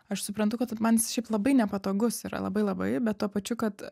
aš suprantu kad man jis šiaip labai nepatogus yra labai labai bet tuo pačiu kad